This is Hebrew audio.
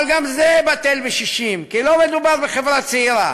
אבל גם זה בטל בשישים, כי לא מדובר בחברה צעירה,